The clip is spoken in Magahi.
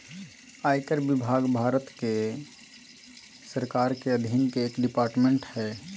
आयकर विभाग भारत सरकार के अधीन एक डिपार्टमेंट हय